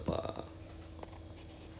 he was so quiet and and he was like